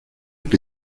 que